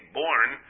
born